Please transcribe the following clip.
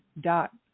dot